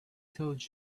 told